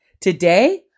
Today